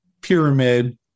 pyramid